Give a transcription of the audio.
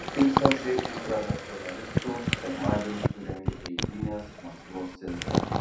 tūkstančiai ultranacionalistų sekmadienį surengė eitynes maskvos centre